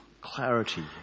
clarity